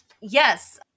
Yes